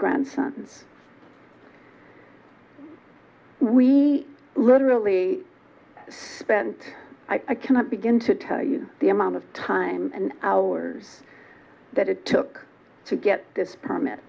grandsons we literally spent i cannot begin to tell you the amount of time and hours that it took to get this permit